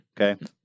Okay